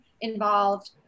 involved